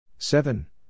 Seven